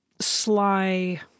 sly